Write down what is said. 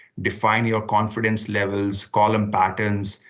define your confidence levels, column patterns,